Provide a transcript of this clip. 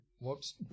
Whoops